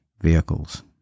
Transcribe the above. vehicles